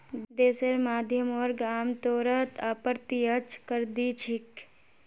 देशेर मध्यम वर्ग आमतौरत अप्रत्यक्ष कर दि छेक